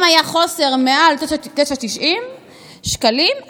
אם היה חוסר מעל 9.90 שקלים,